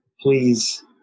please